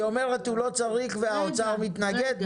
היא אומרת שהוא לא צריך, והאוצר מתנגד?